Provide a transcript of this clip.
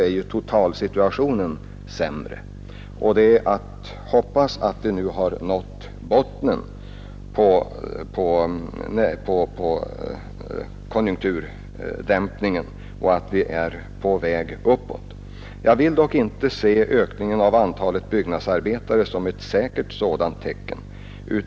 Vi hoppas väl alla att konjunkturen nu har nått botten och att vi är på väg uppåt. Jag kan dock inte se ökningen av antalet byggnadsarbetare som ett sådant tecken.